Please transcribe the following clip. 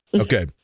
Okay